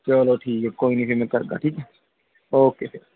चलो ठीक ऐ कोई नी में करगा ठीक ऐ ओके